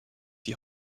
die